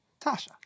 Tasha